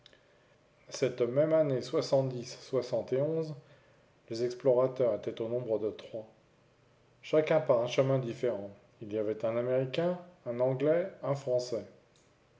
cette même année les explorateurs étaient au nombre de trois chacun par un chemin différent il y avait un américain un anglais un français